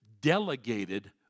delegated